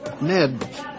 Ned